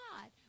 God